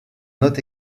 note